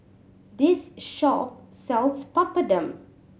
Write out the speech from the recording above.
this shop sells Papadum